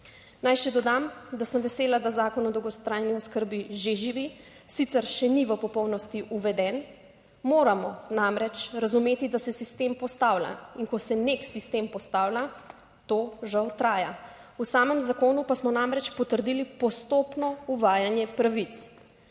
Naj še dodam, da sem vesela, da Zakon o dolgotrajni oskrbi že živi, sicer še ni v popolnosti uveden. Moramo namreč razumeti, da se sistem postavlja in ko se nek sistem postavlja, to žal traja. V samem zakonu pa smo namreč potrdili postopno uvajanje pravic.